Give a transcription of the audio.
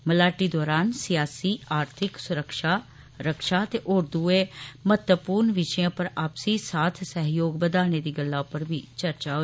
मलाटी दौरान सियासी आर्थिक सुरक्षा रक्षा ते होर दुएं महत्वपूर्ण विशे उप्पर आपसी साथ सहयोग बघाने दी गल्ला उप्पर बी चर्चा होई